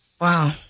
Wow